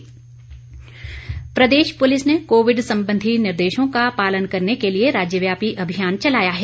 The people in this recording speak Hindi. राज्यव्यापी अभियान प्रदेश प्रलिस ने कोविड संबंधी निर्देशों का पालन करने के लिए राज्यव्यापी अभियान चलाया है